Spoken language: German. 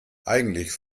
eigentlich